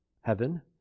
heaven